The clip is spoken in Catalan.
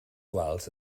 quals